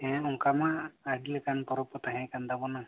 ᱦᱮᱸ ᱚᱱᱠᱟ ᱢᱟ ᱟᱹᱰᱤ ᱞᱮᱠᱟᱱ ᱯᱚᱨᱚᱵᱽ ᱠᱚ ᱛᱟᱦᱮᱸ ᱠᱟᱱ ᱛᱟᱵᱚᱱᱟ